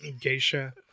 Geisha